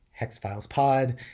hexfilespod